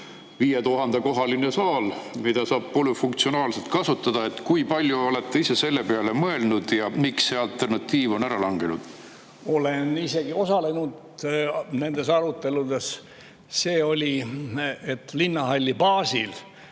üks 5000-kohaline saal, mida saab polüfunktsionaalselt kasutada. Kui palju olete ise selle peale mõelnud ja miks on see alternatiiv ära langenud? Olen isegi osalenud nendes aruteludes. Linnahalli baasil